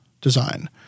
design